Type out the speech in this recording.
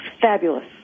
fabulous